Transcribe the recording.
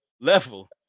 level